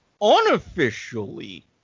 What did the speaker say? unofficially